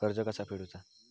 कर्ज कसा फेडुचा?